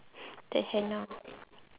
the henna